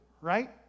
Right